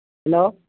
hello